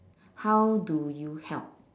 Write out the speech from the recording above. how do you help